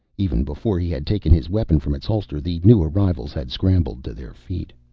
even before he had taken his weapon from its holster, the new arrivals had scrambled to their feet.